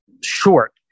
short